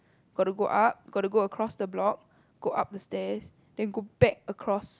got to go up got to go across the block go up the stairs then go back across